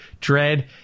dread